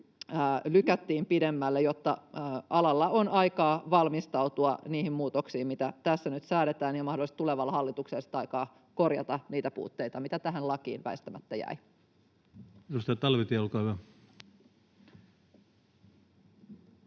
lykättiin pidemmälle, jotta alalla on aikaa valmistautua niihin muutoksiin, mitä tässä nyt säädetään, ja mahdollisesti tulevalla hallituksella on aikaa korjata niitä puutteita, mitä tähän lakiin väistämättä jäi. [Speech